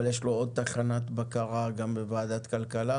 יש לו עוד תחנת בקרה גם בוועדת כלכלה.